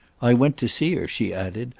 i went to see her, she added,